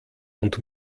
und